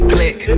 Click